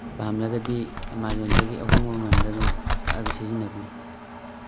ꯄꯥꯝꯂꯒꯗꯤ ꯑꯃꯥꯖꯣꯟꯗꯒꯤ ꯑꯍꯣꯡꯕ ꯃꯃꯟꯗ ꯑꯗꯨꯝ ꯀꯛꯑꯒ ꯁꯤꯖꯤꯟꯅꯕꯤꯌꯨ